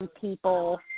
people